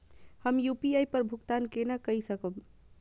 हम यू.पी.आई पर भुगतान केना कई सकब?